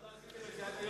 למה לא עשיתם את זה עד היום?